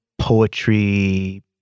poetry